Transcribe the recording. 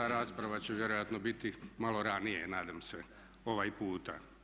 Rasprava će vjerojatno biti malo ranije, nadam se ovaj puta.